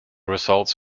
results